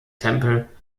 tempel